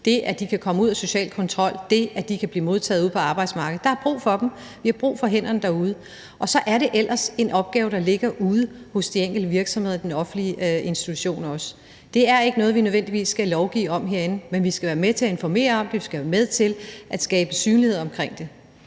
godt, at de kan komme ud af social kontrol, det er godt, at de kan blive modtaget ude på arbejdsmarkedet. Der er brug for dem. Vi har brug for hænderne derude. Og så er det ellers en opgave, der ligger ude hos de enkelte virksomheder og også i den offentlige institution. Det er ikke noget, vi nødvendigvis skal lovgive om herinde, men vi skal være med til at informere om det. Vi skal være med til at skabe synlighed omkring det.